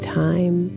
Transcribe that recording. time